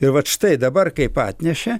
ir vat štai dabar kaip atnešė